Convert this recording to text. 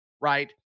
right